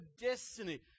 destiny